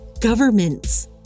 governments